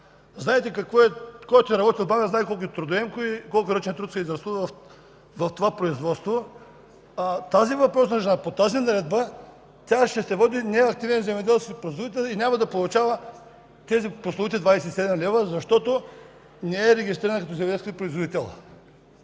бамя. Който е работил бамя, знае колко е трудоемко и колко ръчен труд се изразходва в това производство. Тази въпросна жена по тази наредба ще се води неактивен земеделски производител и няма да получава тези прословути 27 лв., защото не е регистрирана като земеделски производител.